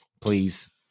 please